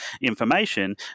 information